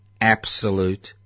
absolute